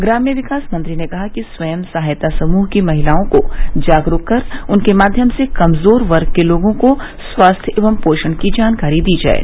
ग्राम्य विकास मंत्री ने कहा कि स्वयं सहायता समृह की महिलाओं को जागरूक कर उनके माध्यम से कमजोर वर्ग के लोगों को स्वास्थ्य एवं पोषण की जानकारी दी जाये